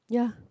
ya